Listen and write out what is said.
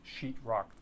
sheetrock